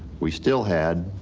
we still had